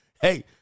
hey